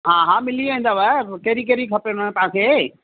हा हा मिली वेंदव कहिड़ी कहिड़ी खपेव मन तव्हांखे